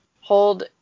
Hold